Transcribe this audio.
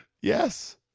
Yes